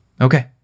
Okay